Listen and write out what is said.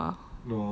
feels like you are